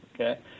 okay